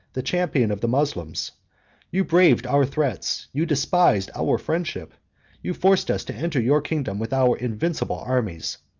the champion of the moslems you braved our threats you despised our friendship you forced us to enter your kingdom with our invincible armies.